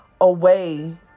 away